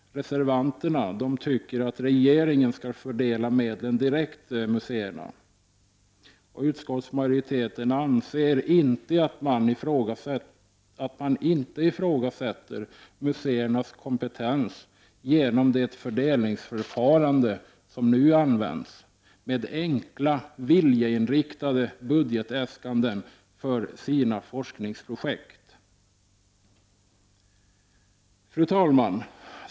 Reservanterna tycker att regeringen skall fördela medlen direkt till museerna. Utskottsmajoriteten anser inte att man ifrågasätter museernas kompetens genom det fördelningsförfarande som nu används med enkla, viljeinriktade budgetäskanden för forskningsprojekt. Fru talman!